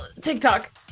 TikTok